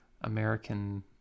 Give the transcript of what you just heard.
American